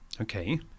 Okay